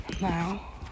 Now